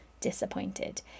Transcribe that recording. disappointed